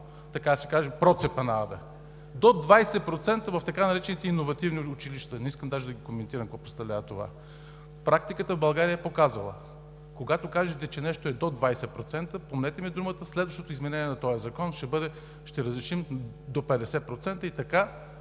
така да се каже процепът на ада, до 20% в така наречените иновативни училища – не искам даже да коментирам какво представлява това. Практиката в България е показала: когато кажете, че нещо е до 20%, помнете ми думата – следващото изменение на този закон ще бъде „ще разрешим до 50%“ и така,